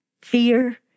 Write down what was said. fear